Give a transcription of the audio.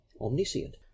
omniscient